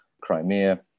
Crimea